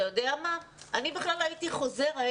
אני בכלל הייתי חוזרת